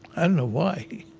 and know why.